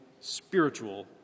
spiritual